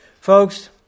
Folks